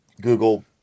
Google